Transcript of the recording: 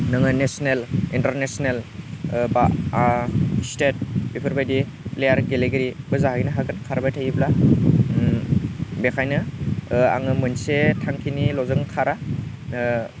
नोङो national international बा state बेफोरबायदि प्लेयार गेलेगिरिबो जाहैनो हागोन खारबाय थायोब्ला बेनिखायनो आङो मोनसे थांखिनिल'जों खारा